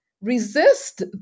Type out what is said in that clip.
resist